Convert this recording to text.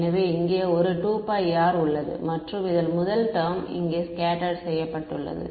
எனவே இங்கே ஒரு 2πr உள்ளது மற்றும் இந்த முதல் டெர்ம் இங்கே ஸ்கேட்டர்ட் செய்யப்பட்டுள்ளது